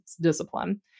discipline